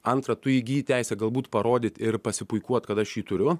antra tu įgyji teisę galbūt parodyt ir pasipuikuot kad aš jį turiu